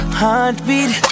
heartbeat